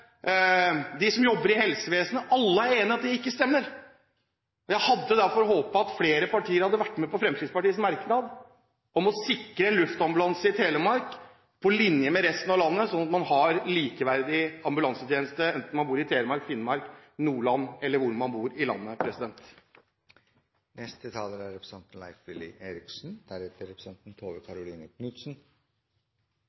de som jobber i helsevesenet, er alle enige i at det ikke stemmer. Det hadde derfor vært å håpe at flere partier hadde vært med på Fremskrittspartiets merknad om å sikre en luftambulanse i Telemark på lik linje med det de har i resten av landet, sånn at man har en likeverdig ambulansetjeneste, enten man bor i Telemark, i Finnmark, i Nordland – eller hvor i landet man bor. Fremskrittspartiet er